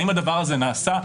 האם הדבר הזה נעשה?